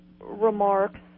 remarks